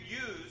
use